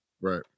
Right